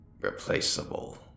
replaceable